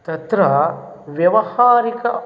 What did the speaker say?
तत्र व्यवहारिकः